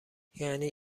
یعنی